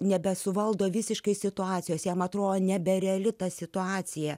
nebesuvaldo visiškai situacijos jam atrodo nebereali ta situacija